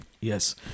Yes